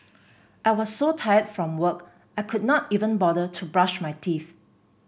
I was so tired from work I could not even bother to brush my teeth